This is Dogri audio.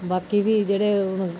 बाकी फ्ही जेह्ड़े हुन